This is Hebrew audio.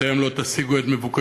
אתם לא תשיגו את מבוקשכם.